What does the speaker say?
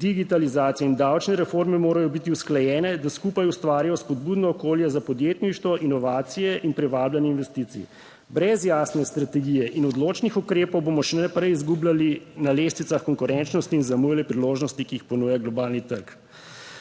digitalizacije in davčne reforme morajo biti usklajene, da skupaj ustvarijo spodbudno okolje za podjetništvo, inovacije in privabljanje investicij. Brez jasne strategije in odločnih ukrepov bomo še naprej izgubljali na lestvicah konkurenčnosti in zamujali priložnosti, ki jih ponuja globalni trg.